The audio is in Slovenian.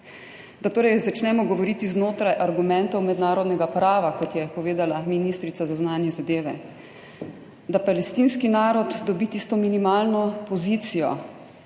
začnemo govoriti znotraj argumentov mednarodnega prava, kot je povedala ministrica za zunanje zadeve, da palestinski narod dobi tisto minimalno pozicijo,